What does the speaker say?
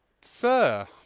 Sir